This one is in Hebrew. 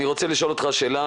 אני רוצה לשאול אותך שאלה,